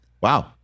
wow